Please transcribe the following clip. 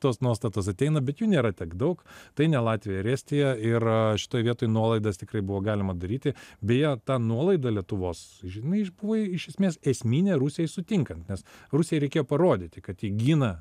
tos nuostatos ateina bet jų nėra tiek daug tai ne latvija ir estija ir šitoj vietoj nuolaidas tikrai buvo galima daryti beje ta nuolaida lietuvos žinai ji buvo iš esmės esminė rusijai sutinkant nes rusijai reikėjo parodyti kad ji gina